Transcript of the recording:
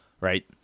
Right